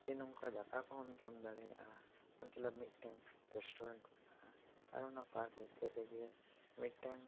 ᱥᱮ ᱱᱚᱝᱠᱟ ᱫᱟᱠᱟ ᱠᱚᱦᱚᱸᱢ ᱡᱚᱢ ᱫᱟᱲᱮᱭᱟᱜᱼᱟ ᱢᱚᱛᱞᱚᱵ ᱢᱤᱫᱴᱮᱱ ᱨᱮᱥᱴᱩᱨᱮᱱᱴ ᱢᱮᱱᱟᱜᱼᱟ ᱟᱨ ᱚᱱᱟ ᱯᱟᱨᱠ ᱵᱷᱤᱛᱤᱨ ᱨᱮᱜᱮ ᱢᱤᱫᱴᱮᱱ